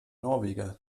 norweger